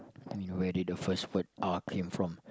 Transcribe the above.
let me know where did the first word R came from